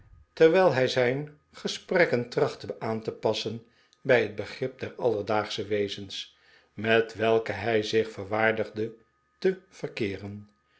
terwijl hij zijn gesprekken tirachtte aan te passen bij het begrip der alledaagsche wezens met welke hij zich verwaardigde te verkeeren